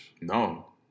No